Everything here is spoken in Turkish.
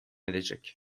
edecek